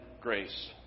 grace